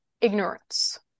ignorance